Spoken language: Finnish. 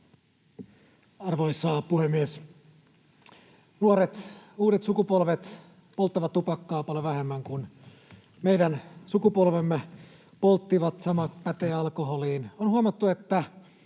Arvoisa puhemies! Nuoret, uudet sukupolvet polttavat tupakkaa paljon vähemmän kuin meidän sukupolvemme polttivat, sama pätee alkoholiin. On huomattu, että